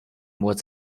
was